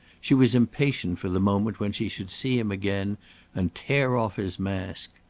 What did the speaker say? she was impatient for the moment when she should see him again and tear off his mask.